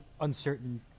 uncertain